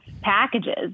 packages